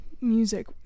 music